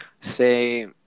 say